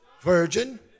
virgin